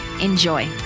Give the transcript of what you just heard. Enjoy